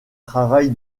travail